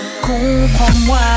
Comprends-moi